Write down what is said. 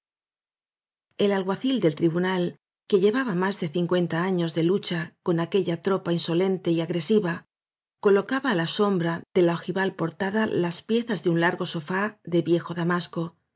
el alguacil del tribunal que llevaba más de cincuenta años de lucha con aquella tropa insolente y agresiva colocaba á la sombra de la ojival portada las piezas de un largo sofá de viejo damasco